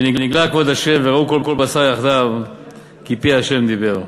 ונגלה כבוד ה' וראו כל בשר יחדו כי פי ה' דבר".